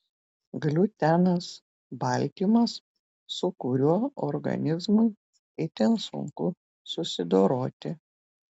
gliutenas baltymas su kuriuo organizmui itin sunku susidoroti